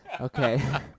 okay